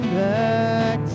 back